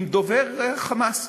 עם דובר ה"חמאס".